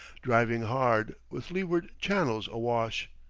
driving hard, with leeward channels awash.